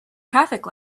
traffic